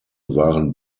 waren